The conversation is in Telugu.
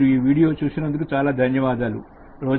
మీరు ఈ వీడియో చూసి నందుకు ధన్యవాదములు